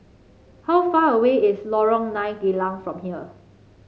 how far away is Lorong Nine Geylang from here